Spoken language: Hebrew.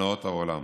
והנאות העולם.